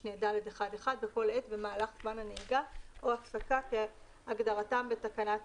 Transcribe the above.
משנה (ד1)(1) בכל עת במהלך זמן הנהיגה או הפסקה כהגדרתם בתקנת